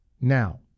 Now